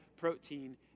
protein